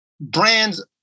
brands